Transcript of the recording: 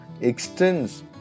extends